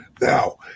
Now